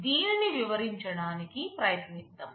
దీనిని వివరించడానికి ప్రయత్నిద్దాం